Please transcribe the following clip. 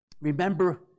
remember